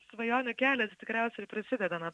svajonių kelias tikriausiai ir prasideda nuo